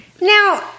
Now